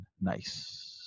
Nice